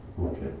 Okay